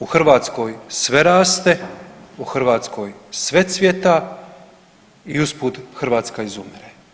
U Hrvatskoj sve raste, u Hrvatskoj sve cvijeta i usput Hrvatska izumire.